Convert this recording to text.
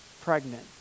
pregnant